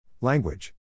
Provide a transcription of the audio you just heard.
Language